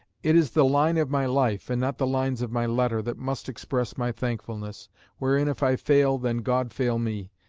it is the line of my life, and not the lines of my letter, that must express my thankfulness wherein if i fail, then god fail me,